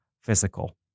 physical